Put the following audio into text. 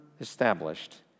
established